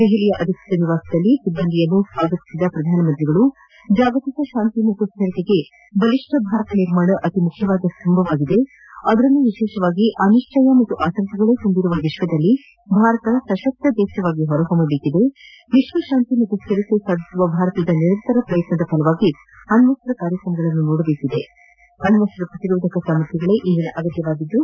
ದೆಹಲಿಯ ಅಧಿಕೃತ ನಿವಾಸದಲ್ಲಿ ಸಿಬ್ಬಂದಿಯನ್ನು ಸ್ವಾಗತಿಸಿದ ಪ್ರಧಾನಮಂತ್ರಿಗಳು ಜಾಗತಿಕ ಶಾಂತಿ ಮತ್ತು ಸ್ಥಿರತೆಗೆ ಬಲಿಷ್ಠ ಭಾರತ ನಿರ್ಮಾಣ ಅತಿ ಮುಖ್ಯವಾದ ಸ್ತಂಭವಾಗಿದೆ ಅದರಲ್ಲೂ ವಿಶೇಷವಾಗಿ ಅನಿಶ್ವಯ ಮತ್ತು ಆತಂಕಗಳೇ ತುಂಬಿರುವ ವಿಶ್ವದಲ್ಲಿ ಭಾರತ ಸಶಕ್ತ ದೇಶವಾಗಿ ಹೊರಹೊಮ್ಮದೇಕಿದೆ ವಿಶ್ವತಾಂತಿ ಮತ್ತು ಶ್ಯಿರತೆ ಸಾಧಿಸುವ ಭಾರತದ ನಿರಂತರ ಪ್ರಯತ್ನದ ಫಲವಾಗಿ ಅಣ್ಣಸ್ತ ಕಾರ್ಯಕ್ರಮಗಳನ್ನು ನೋಡಬೇಕಿದೆ ಅಣ್ಣಸ್ತ ಪ್ರತಿರೋಧಕ ಸಾಮರ್ಥ್ಯಗಳೇ ಇಂದಿನ ಅಗತ್ಯವಾಗಿದ್ದು